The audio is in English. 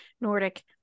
Nordic